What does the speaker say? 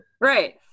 right